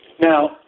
Now